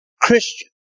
Christian